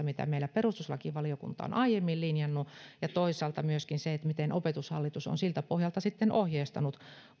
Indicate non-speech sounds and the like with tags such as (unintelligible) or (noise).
(unintelligible) mitä meillä perustuslakivaliokunta on aiemmin linjannut ja toisaalta myöskin sen kanssa miten opetushallitus on siltä pohjalta sitten ohjeistanut